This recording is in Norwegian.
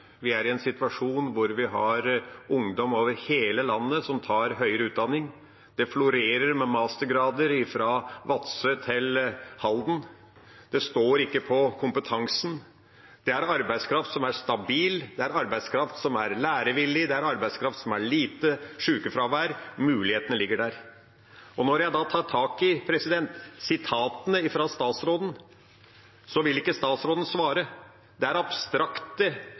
Vi er i en situasjon hvor vi har ungdom over hele landet som tar høyere utdanning. Det florerer med mastergrader fra Vadsø til Halden. Det står ikke på kompetansen. Det er en arbeidskraft som er stabil, det er en arbeidskraft som er lærevillig, det er en arbeidskraft som har lite sykefravær – mulighetene ligger der. Og når jeg tar tak i og siterer fra statsrådens brev, vil ikke statsråden svare. Det er abstrakte